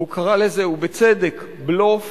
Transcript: והוא קרא לזה, ובצדק, בלוף.